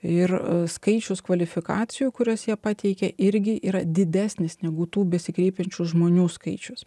ir skaičius kvalifikacijų kurias jie pateikė irgi yra didesnis negu tų besikreipiančių žmonių skaičius